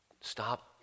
Stop